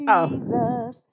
Jesus